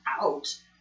out